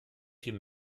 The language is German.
viel